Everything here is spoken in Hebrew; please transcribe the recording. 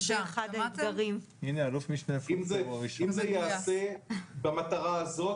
אם זה יעשה במטרה הזאת,